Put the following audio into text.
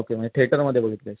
okay म्हणजे थेटरमध्ये बघितलेस